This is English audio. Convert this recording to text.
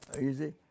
easy